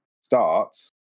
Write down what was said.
starts